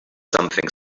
something